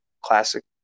classic